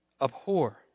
abhor